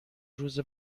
روز